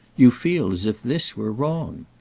you feel as if this were wrong.